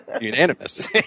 Unanimous